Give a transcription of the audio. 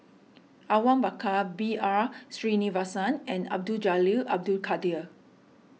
Awang Bakar B R Sreenivasan and Abdul Jalil Abdul Kadir